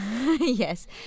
Yes